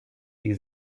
die